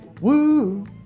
Woo